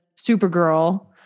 Supergirl